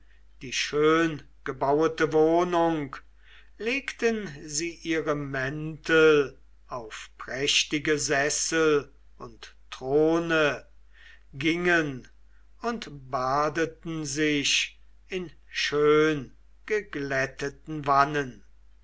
die schöngebauete wohnung legten sie ihre mäntel auf prächtige sessel und throne gingen und badeten sich in schöngeglätteten wannen